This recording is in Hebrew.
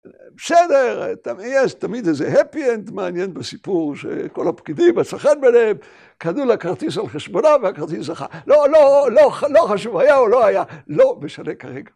‫בסדר, יש תמיד איזה הפי-אנד ‫מעניין בסיפור שכל הפקידים, ‫מצא חן ביניהם וקנו לה לכרטיס ‫על חשבונם והכרטיס זכה. ‫לא, לא, לא חשוב היה או לא היה, ‫לא משנה כרגע.